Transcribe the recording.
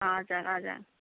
हजुर हजुर